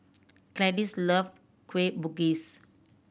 Clytie love Kueh Bugis